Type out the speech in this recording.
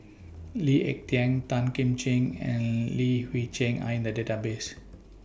Lee Ek Tieng Tan Kim Ching and Li Hui Cheng Are in The Database